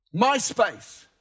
MySpace